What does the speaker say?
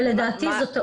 ולדעתי זו טעות.